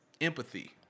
empathy